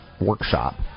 workshop